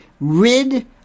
rid